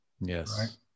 yes